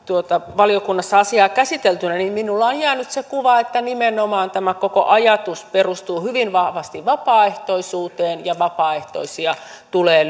valiokunnassa tuota asiaa käsiteltyäni minulle on jäänyt se kuva että nimenomaan tämä koko ajatus perustuu hyvin vahvasti vapaaehtoisuuteen ja vapaaehtoisia tulee